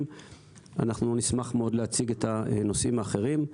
אנחנו נשמח מאוד להציג את הנושאים האחרים.